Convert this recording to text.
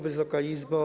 Wysoka Izbo!